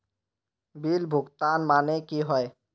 Bill भुगतान माने की होय?